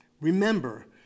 Remember